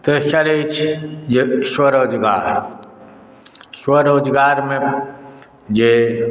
तेसर अछि जे स्वरोजगार स्वरोजगारमे जे